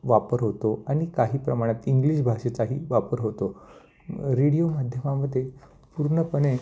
वापर होतो आणि काही प्रमाणात ईंग्लिश भाषेचाही वापर होतो म रेडिओ माध्यमामध्ये पूर्णपणे